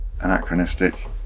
anachronistic